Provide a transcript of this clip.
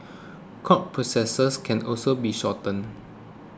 court processes can also be shortened